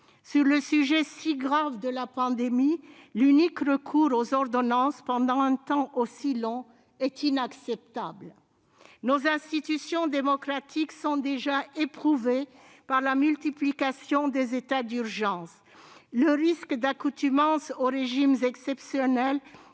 Sur le sujet si grave de la pandémie, l'unique recours aux ordonnances, pendant un temps si long, est inacceptable ! Nos institutions démocratiques sont déjà éprouvées par la multiplication des états d'urgence. Le risque d'accoutumance aux régimes exceptionnels